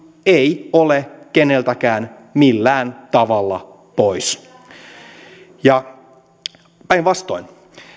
ei ole keneltäkään millään tavalla pois päinvastoin